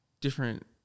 different